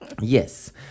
yes